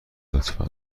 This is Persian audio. لطفا